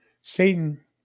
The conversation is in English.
Satan